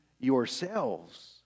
yourselves